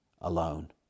alone